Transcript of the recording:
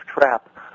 trap